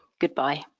goodbye